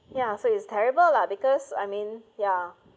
ya so it's terrible lah because I mean ya